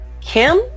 Kim